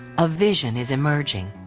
a vision is emerging.